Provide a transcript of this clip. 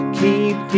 keep